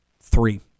three